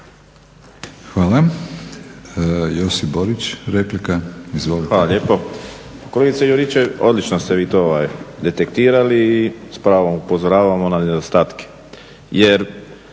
Josip (HDZ)** Hvala lijepo. Kolegice Juričev, odlično ste vi to ovaj detektirali i s pravom upozoravamo na nedostatke